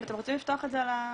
אתם רוצים לפתוח את זה על המצגת?